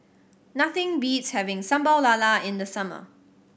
nothing beats having Sambal Lala in the summer